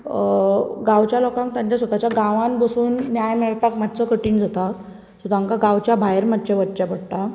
गांवच्या लोकांक तांच्या स्वताच्या गांवांत बसून न्याय मेळपाक मातसो कठीण जाता सो तांकां गांवच्या भायर मातशें वचचे पडटा